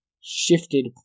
shifted